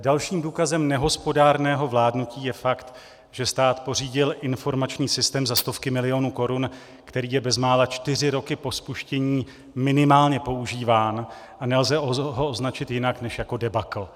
Dalším důkazem nehospodárného vládnutí je fakt, že stát pořídil informační systém za stovky milionů korun, který je bezmála čtyři roky po spuštění minimálně používán a nelze ho označit jinak než jako debakl.